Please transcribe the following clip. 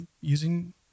using